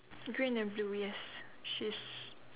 green and blue yes she's